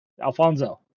Alfonso